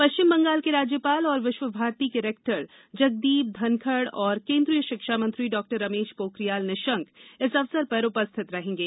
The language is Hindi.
पश्चिम बंगाल के राज्यपाल और विश्वमारती के रेक्टर जगदीप घनखड़ और केंद्रीय शिक्षा मंत्री डॉ रमेश पोखरियाल निशंक इस अवसर पर उपस्थित रहेंगे